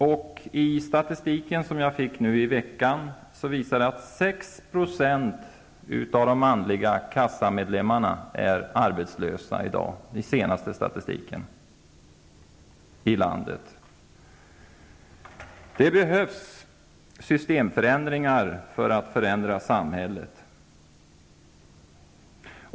Den statistik som jag kunde ta del av i veckan visar att 6 % av de manliga kassamedlemmarna i landet är arbetslösa -- det är den senaste statistiken. Det behövs systemförändringar för att samhället skall kunna förändras.